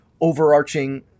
overarching